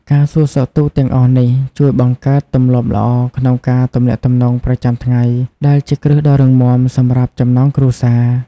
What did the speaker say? ការសួរសុខទុក្ខទាំងអស់នេះ ជួយបង្កើតទម្លាប់ល្អក្នុងការទំនាក់ទំនងប្រចាំថ្ងៃ ដែលជាគ្រឹះដ៏រឹងមាំសម្រាប់ចំណងគ្រួសារ។